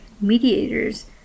mediators